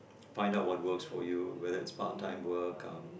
find out what works for you whether it's part time work um